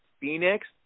Phoenix